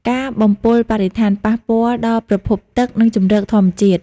ការបំពុលបរិស្ថាន ប៉ះពាល់ដល់ប្រភពទឹក និងជម្រកធម្មជាតិ។